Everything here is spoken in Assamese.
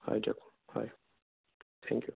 হয় দিয়ক হয় থেংক ইউ